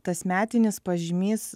tas metinis pažymys